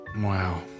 Wow